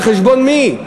על חשבון מי?